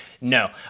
no